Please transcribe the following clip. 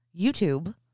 youtube